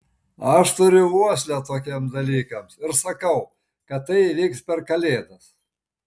aš turiu uoslę tokiems dalykams ir sakau kad tai įvyks per kalėdas